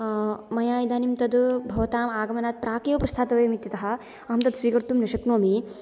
मया इदानीं तद् भवतां आगमनात् प्राक् एव प्रस्थातव्यम् इति अतः अहं तद् स्वीकर्तुं न शक्नोमि